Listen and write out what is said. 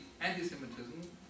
anti-Semitism